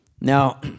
Now